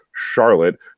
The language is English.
Charlotte